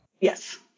Yes